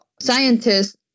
scientists